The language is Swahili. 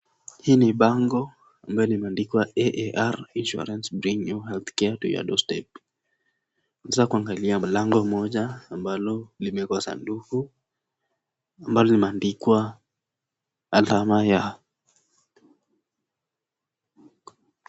Hii ni bango ambayo imeandikwa AAR insurance, bringing healthcare to your doorstep . Kuangalia mlango mmoja ambali limewekwa sanduku ambalo limeandikwa alama ya.